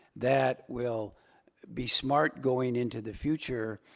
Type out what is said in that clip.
that will be smart going into the future.